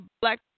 black